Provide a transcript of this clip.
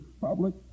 public